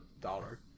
dollar